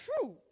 true